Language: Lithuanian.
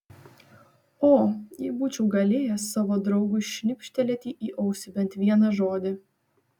o jei būčiau galėjęs savo draugui šnibžtelėti į ausį bent vieną žodį